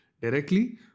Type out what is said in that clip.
directly